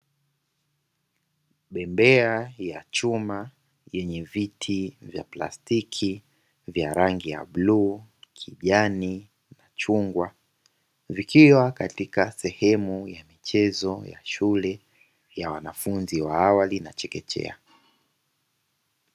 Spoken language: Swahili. Bembea ya chuma yenye viti vya plastiki vya rangi ya bluu, kijani na chungwa vikiwa katika sehemu ya michezo ya shule ya wanafunzi wa awali na chekechea.